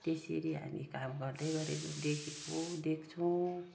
त्यसरी हामी काम गर्दै गरेको देखेको देख्छौँ